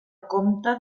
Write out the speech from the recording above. comte